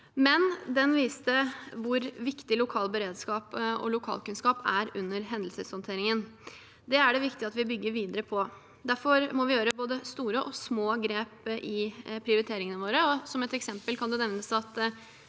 men det viste hvor viktig lokal beredskap og lokalkunnskap er under hendelseshåndteringen. Det er det viktig at vi bygger videre på. Derfor må vi gjøre både store og små grep i prioriteringene våre. Som et eksempel kan det nevnes at